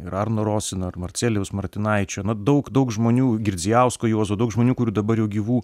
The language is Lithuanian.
ir arno rosino ir marcelijaus martinaičio na daug daug žmonių girdzijausko juozo daug žmonių kurių dabar jau gyvų